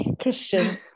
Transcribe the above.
Christian